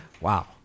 Wow